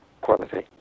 quality